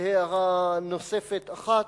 הערה נוספת אחת: